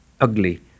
ugly